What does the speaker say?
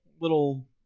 little